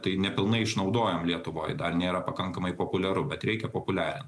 tai nepilnai išnaudojam lietuvoj dar nėra pakankamai populiaru bet reikia populiarint